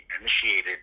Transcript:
initiated